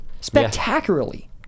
spectacularly